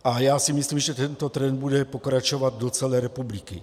A já si myslím, že tento trend bude pokračovat do celé republiky.